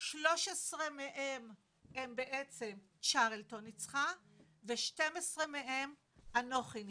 שלושה עשר מהם הם בעצם צ'רלטון ניצחה ושתיים עשרה מהם אנוכי ניצחתי.